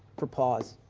for pause.